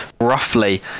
roughly